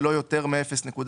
ולא יותר מ-0.01,"